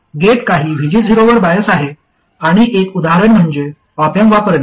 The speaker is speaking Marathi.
गेट काही VG0 वर बायस आहे आणि एक उदाहरण म्हणजे ऑप अँप वापरणे